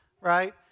right